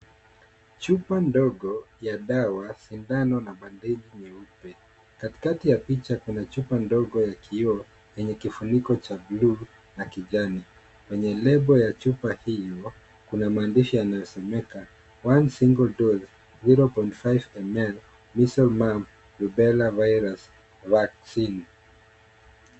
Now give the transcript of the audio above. Chupa ndogo ya dawa, sindano na madini nyeupe. Katikati ya picha, kuna chupa ndogo ya kioo, yenye kifuniko cha blue na kijani. Kwenye lebo ya chupa hio, kuna maandishi yanayosomeka, one single drop 0.5ml , Measles ,Mumps ,Rubella Virus Vaccine.